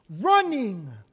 running